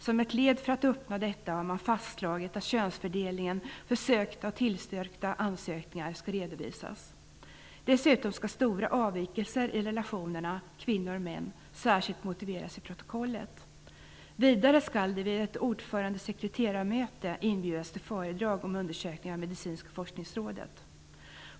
Som ett led i att uppnå detta har man fastslagit att könsfördelningen för sökta och tillstyrkta ansökningar skall redovisas. Dessutom skall stora avvikelser i relationerna mellan kvinnor och män särskilt motiveras i protokollet. Vidare skall det vid ett ordförande/sekreterarmöte inbjudas till föredrag om undersökningar av Medicinska forskningsrådet.